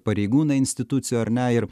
pareigūnai institucijų ar ne ir